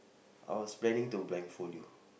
I was planning to blindfold you